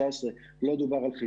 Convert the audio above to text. הזמנים שבהם אנחנו חיים?